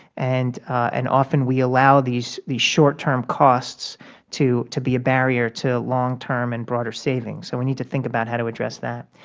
and and often we allow these short-term short-term costs to to be a barrier to long-term and broader savings. so we need to think about how to address that.